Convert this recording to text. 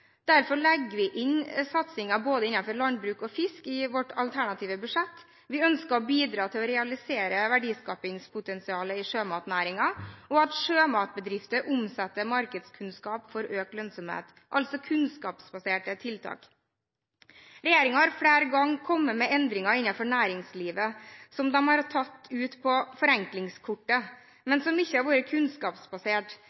Derfor legger vi inn satsinger innenfor både landbruk og fisk i vårt alternative budsjett. Vi ønsker å bidra til å realisere verdiskapingspotensialet i sjømatnæringen, og at sjømatbedrifter omsetter markedskunnskap til økt lønnsomhet, altså kunnskapsbaserte tiltak. Regjeringen har flere ganger kommet med endringer innenfor næringslivet som de har tatt ut på forenklingskortet,